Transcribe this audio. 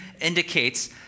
indicates